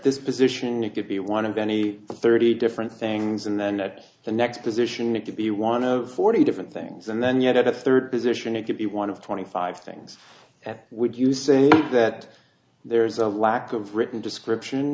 this position it could be one of many thirty different things and then at the next position it could be one of forty different things and then yet a third position it could be one of twenty five things would you say that there's a lack of written description